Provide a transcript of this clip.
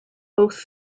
both